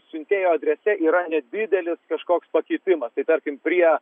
siuntėjo adrese yra nedidelis kažkoks pakeitimas tai tarkim prie